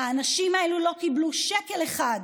האנשים האלו לא קיבלו שקל אחד,